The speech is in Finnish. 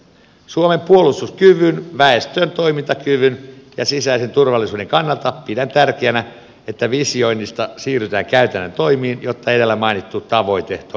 suomen puolustuskyvyn väestön toimintakyvyn ja sisäisen turvallisuuden kannalta pidän tärkeänä että visioinnista siirrytään käytännön toimiin jotta edellä mainittu tavoite todella saavutetaan